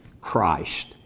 Christ